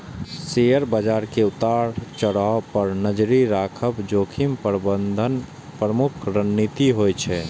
share बाजार के उतार चढ़ाव पर नजरि राखब जोखिम प्रबंधनक प्रमुख रणनीति होइ छै